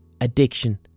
Addiction